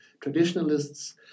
traditionalists